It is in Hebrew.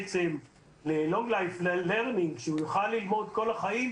ל-Long life learning שהוא יוכל ללמוד כל החיים,